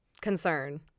concern